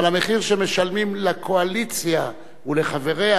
אבל המחיר שמשלמים לקואליציה ולחבריה